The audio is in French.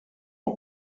aux